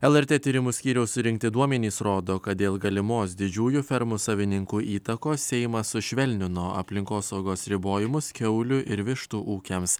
lrt tyrimų skyriaus surinkti duomenys rodo kad dėl galimos didžiųjų fermų savininkų įtakos seimas sušvelnino aplinkosaugos ribojimus kiaulių ir vištų ūkiams